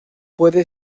puede